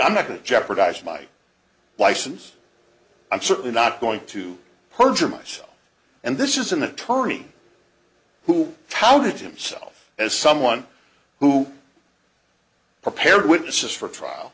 i'm not going to jeopardize my license i'm certainly not going to perjure myself and this is an attorney who how did himself as someone who prepared witnesses for trial